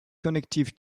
connective